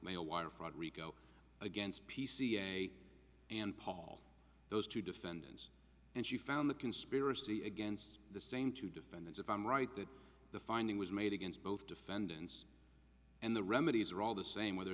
mail waterfront rico against p c s and paul those two defendants and you found the conspiracy against the same two defendants if i'm right that the finding was made against both defendants and the remedies are all the same whether